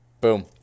Boom